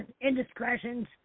indiscretions